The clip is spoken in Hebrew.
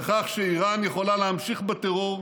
לכך שאיראן יכולה להמשיך בטרור,